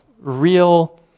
real